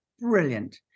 brilliant